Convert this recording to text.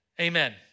Amen